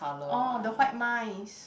oh the white mice